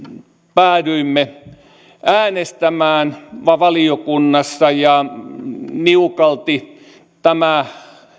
päädyimme äänestämään valiokunnassa ja niukalti tämä